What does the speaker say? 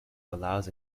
allows